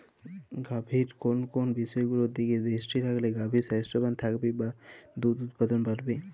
গাভীর কোন কোন বিষয়গুলোর দিকে দৃষ্টি রাখলে গাভী স্বাস্থ্যবান থাকবে বা দুধ উৎপাদন বাড়বে?